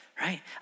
right